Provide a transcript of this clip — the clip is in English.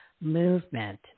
movement